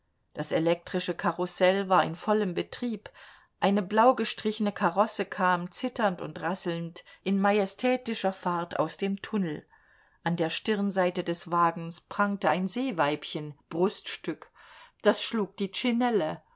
das elektrische karussel war in vollem betrieb eine blau gestrichne karosse kam zitternd und rasselnd in majestätischer fahrt aus dem tunnel an der stirnseite des wagens prangte ein seeweibchen bruststück das schlug die tschinelle